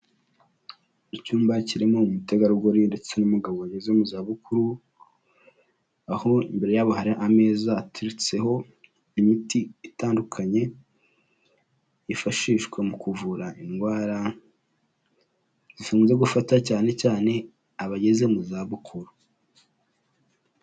Icyumba kirimo umutegarugori ndetse n'umugabo bageze mu zabukuru, aho imbere yabo hari ameza ateretseho imiti itandukanye yifashishwa mu kuvura indwara zikunze gufata cyane cyane abageze mu zabukuru.